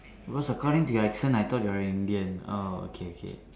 because according to your accent I thought you are Indian oh okay okay